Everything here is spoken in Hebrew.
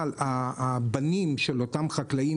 שהבנים של אותם חקלאים,